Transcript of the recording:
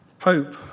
Hope